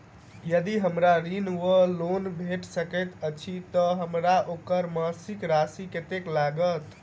यदि हमरा ऋण वा लोन भेट सकैत अछि तऽ हमरा ओकर मासिक राशि कत्तेक लागत?